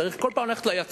צריך בכל פעם ללכת ליצרן.